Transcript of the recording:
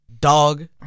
Dog